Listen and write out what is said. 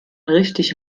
richtig